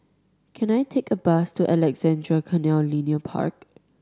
can I take a bus to Alexandra Canal Linear Park